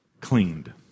cleaned